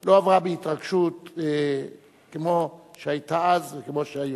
לא עברה בי התרגשות כמו שהיתה אז, וכמו שהיום.